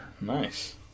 nice